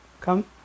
Come